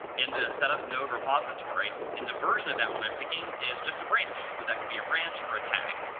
in the setup-node repository. and the version of that what i'm picking is just a branch. so that could be a branch or a tag.